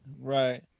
Right